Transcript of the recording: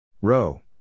Row